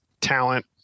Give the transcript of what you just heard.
talent